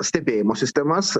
stebėjimo sistemas